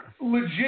legit